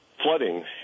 flooding